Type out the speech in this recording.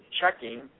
checking